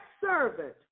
servant